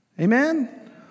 Amen